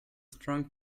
strong